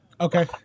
Okay